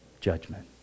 judgment